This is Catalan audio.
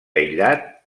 aïllat